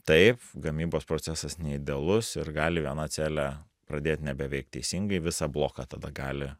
taip gamybos procesas ne idealus ir gali viena celė pradėt nebeveikt teisingai visą bloką tada gali